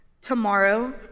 tomorrow